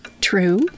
True